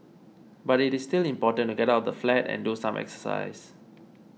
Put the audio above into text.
but it is still important to get out of the flat and do some exercise